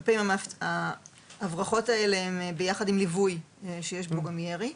והרבה פעמים ההברחות האלה הם ביחד עם ליווי שיש בו גם ירי.